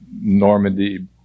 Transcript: Normandy